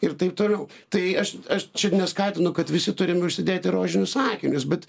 ir taip toliau tai aš aš čia neskatinu kad visi turim užsidėti rožinius akinius bet